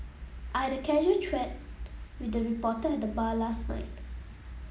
I had a casual with the reporter at the bar last night